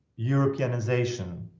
Europeanization